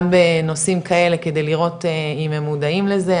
בנושאים כאלה כדי לראות אם הם מודעים לזה,